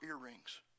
earrings